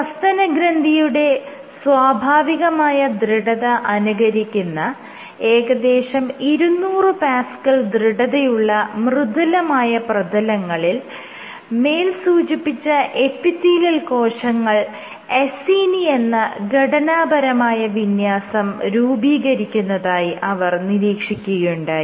സസ്തനഗ്രന്ഥിയുടെ സ്വാഭാവികമായ ദൃഢത അനുകരിക്കുന്ന ഏകദേശം 200Pa ദൃഢതയുള്ള മൃദുലമായ പ്രതലങ്ങളിൽ മേൽ സൂചിപ്പിച്ച എപ്പിത്തീലിയൽ കോശങ്ങൾ അസീനി എന്ന ഘടനാപരമായ വിന്യാസം രൂപീകരിക്കുന്നതായി അവർ നിരീക്ഷിക്കുകയുണ്ടായി